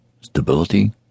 Stability